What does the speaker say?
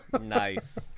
Nice